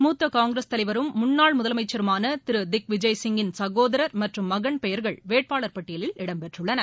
மூத்த காங்கிரஸ் தலைவரும் முன்னாள் முதலமைச்சரான திரு திக் விஜய் சிங்கின் சகோதரர் மற்றும் மகன் பெயர்கள் வேட்பாளர் பட்டியலில் இடம்பெற்றுள்ளன